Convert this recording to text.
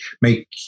make